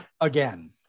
Again